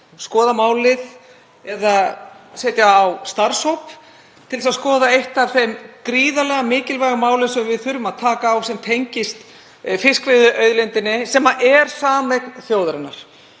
skoða málið eða setja á starfshóp til þess að skoða eitt af þeim gríðarlega mikilvægu málum sem við þurfum að taka á, sem tengist fiskveiðiauðlindinni sem er sameign þjóðarinnar